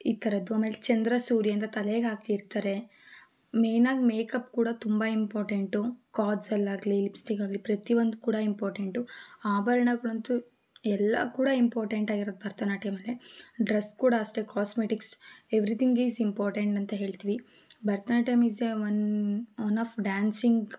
ಈ ಥರದ್ದು ಆಮೇಲೆ ಚಂದ್ರ ಸೂರ್ಯ ಅಂತ ತಲೆಗೆ ಹಾಕಿರ್ತಾರೆ ಮೇಯ್ನ್ ಆಗಿ ಮೇಕಪ್ ಕೂಡ ತುಂಬ ಇಂಪಾರ್ಟೆಂಟು ಕಾಜಲ್ಲಾಗಲಿ ಲಿಪ್ಸ್ಟಿಕ್ ಆಗಲಿ ಪ್ರತಿಯೊಂದು ಕೂಡ ಇಂಪಾರ್ಟೆಂಟು ಆಭರಣಗಳಂತೂ ಎಲ್ಲ ಕೂಡ ಇಂಪಾರ್ಟೆಂಟಾಗಿರತ್ತೆ ಭರತನಾಟ್ಯಮಲ್ಲಿ ಡ್ರೆಸ್ ಕೂಡ ಅಷ್ಟೇ ಕಾಸ್ಮೆಟಿಕ್ಸ್ ಎವ್ರಿಥಿಂಗ್ ಇಸ್ ಇಂಪಾರ್ಟೆಂಟ್ ಅಂತ ಹೇಳ್ತೀವಿ Bharatanatyam is a one one of dancing